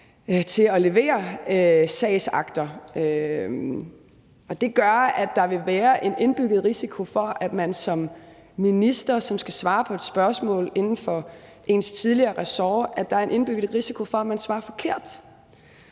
til at levere sagsakter, og det gør, at der vil være en indbygget risiko for, at man som minister, som skal svare på et spørgsmål inden for ens tidligere ressort, svarer forkert. Og som minister skal man svare